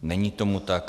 Není tomu tak.